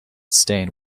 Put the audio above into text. stain